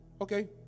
Okay